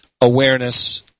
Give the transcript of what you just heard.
awareness